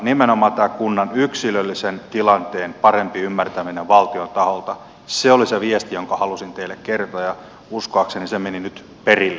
nimenomaan tämä kunnan yksilöllisen tilanteen parempi ymmärtäminen valtion taholta oli se viesti jonka halusin teille kertoa ja uskoakseni se meni nyt perille